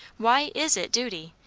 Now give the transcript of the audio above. why is it duty,